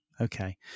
Okay